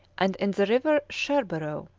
and in the river scherborough,